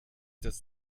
das